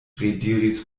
rediris